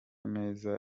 meza